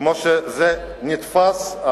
כמו שזה נתפס,